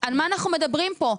על מה אנחנו מדברים פה?